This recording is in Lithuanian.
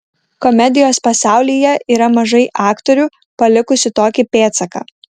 komedijos pasaulyje yra mažai aktorių palikusių tokį pėdsaką